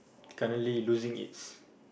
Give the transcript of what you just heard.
currently losing its